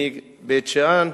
מבית-שאן.